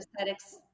aesthetics